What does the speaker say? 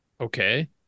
Okay